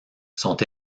sont